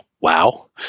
wow